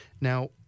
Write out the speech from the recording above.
Now